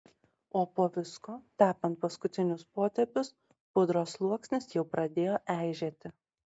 o po visko tepant paskutinius potėpius pudros sluoksnis jau pradėjo eižėti